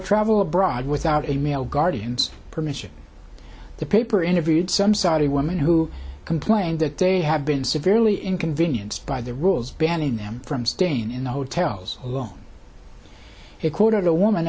travel abroad without a male guardian's permission the paper interviewed some saudi women who complained that they have been severely inconvenienced by the rules banning them from stain in the hotels along court a woman